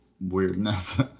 weirdness